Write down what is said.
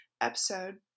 episode